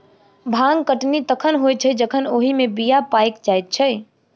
भांग कटनी तखन होइत छै जखन ओहि मे बीया पाइक जाइत छै